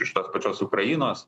iš tos pačios ukrainos